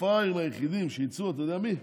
הפראיירים היחידים שיצאו, אתה יודע מי?